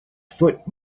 foot